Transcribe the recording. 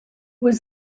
was